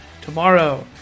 tomorrow